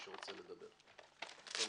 בבקשה.